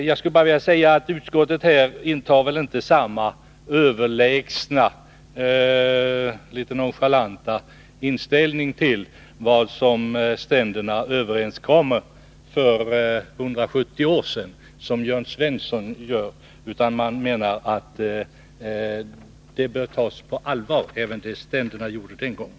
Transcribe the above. Jag vill bara säga att utskottet här inte intar samma överlägsna och litet nonchalanta inställning som Jörn Svensson till vad ständerna överenskom för 170 år sedan. Man menar att vi bör ta på allvar även vad ständerna gjorde den gången.